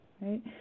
right